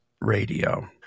radio